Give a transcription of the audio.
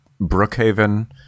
Brookhaven